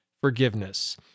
forgiveness